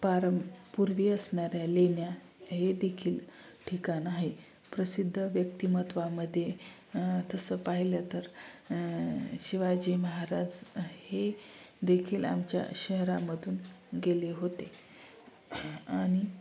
पारं पूर्वी असणाऱ्या लेण्या हे देखील ठिकाण आहे प्रसिद्ध व्यक्तिमत्वामध्ये तसं पाहिलं तर शिवाजी महाराज हे देखील आमच्या शहरामधून गेले होते आणि